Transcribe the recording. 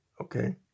okay